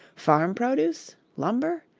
farm produce? lumber?